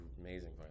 amazing